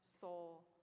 soul